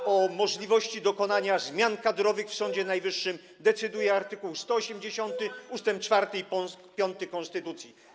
A o możliwości dokonania zmian kadrowych w Sądzie Najwyższym decyduje art. 180 ust. 4 i 5 konstytucji.